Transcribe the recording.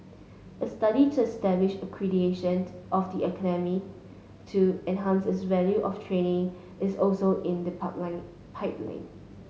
a study to establish accreditation of the academy to enhance its value of training is also in the pipeline